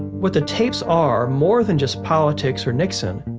what the tapes are more than just politics or nixon,